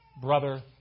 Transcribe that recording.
brother